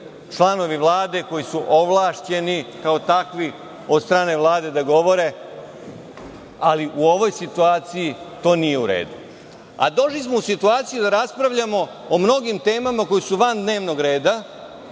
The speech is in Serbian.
članovi Vlade koji su ovlašćeni kao takvi od strane Vlade da govore, ali u ovoj situaciji to nije u redu. Došli smo u situaciju da raspravljamo o mnogim temama koji su van dnevnog